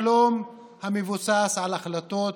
שלום המבוסס על החלטות